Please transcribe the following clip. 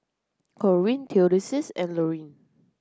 Corene Theodis and Lurline